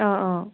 অ অ